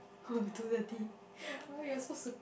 uh two thirty why you're supposed